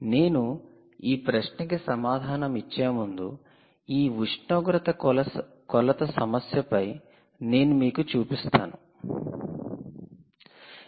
నేను ఈ ప్రశ్నకు సమాధానం ఇచ్చే ముందు ఈ ఉష్ణోగ్రత కొలత సమస్యపై నేను మీకు చూపిస్తాను చూడండి సమయం 1918